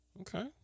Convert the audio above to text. Okay